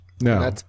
no